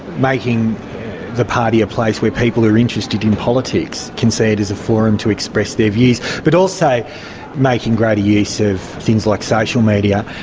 making the party a place where people are interested in politics, can see it as a forum to express their views, but also making greater use of things like social media,